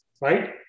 Right